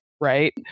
Right